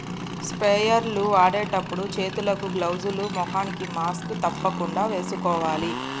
sprayer లు వాడేటప్పుడు చేతులకు గ్లౌజ్ లు, ముఖానికి మాస్క్ తప్పకుండా వేసుకోవాలి